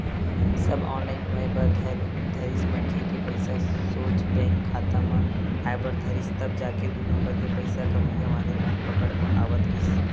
सब online होय बर धरिस मनखे के पइसा सोझ बेंक खाता म आय बर धरिस तब जाके दू नंबर के पइसा कमइया वाले मन पकड़ म आवत गिस